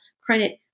credit